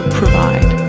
provide